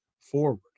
forward